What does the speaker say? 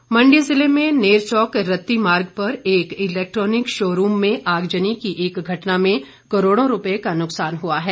आग मंडी जिले में नेरचौक रत्ती मार्ग पर एक इलेक्ट्रॉनिक शोरूम में आगजनी की एक घटना में करोड़ों रुपए का नुक्सान हुआ है